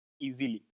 easily